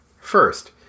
First